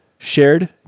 Shared